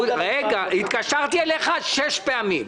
התקשרתי אליך שש פעמים.